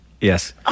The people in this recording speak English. Yes